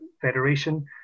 federation